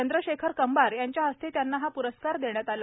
चंद्रशेखर कंबार यांच्या हस्ते त्यांना हा प्रस्कार देण्यात आला